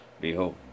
Behold